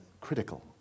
critical